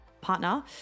partner